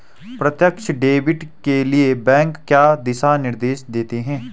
प्रत्यक्ष डेबिट के लिए बैंक क्या दिशा निर्देश देते हैं?